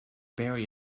bury